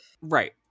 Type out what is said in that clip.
Right